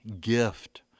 gift